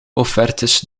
offertes